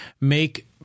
make